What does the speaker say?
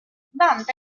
vanta